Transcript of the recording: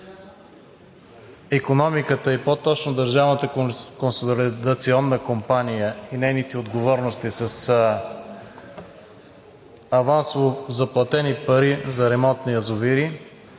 икономиката и по точно Държавната консолидационна компания и нейните отговорности с авансово заплатени пари за ремонт на язовири